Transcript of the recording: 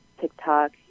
TikTok